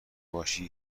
باشه